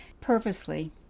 purposely